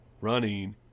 running